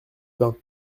pain